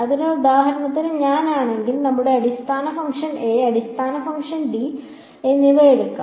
അതിനാൽ ഉദാഹരണത്തിന് ഞാൻ ആണെങ്കിൽ നമുക്ക് അടിസ്ഥാന ഫംഗ്ഷൻ a അടിസ്ഥാന ഫംഗ്ഷൻ d എന്നിവ എടുക്കാം